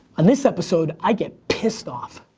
on this episode, i get pissed off.